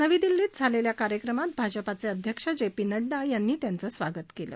नवी दिल्लीत झालेल्या कार्यक्रमात भाजपचे अध्यक्ष जे पी नड्डा यांनी त्यांचं स्वागत केलं